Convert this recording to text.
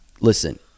listen